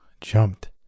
jumped